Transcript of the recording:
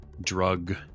drug